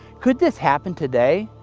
could this happen today,